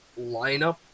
lineup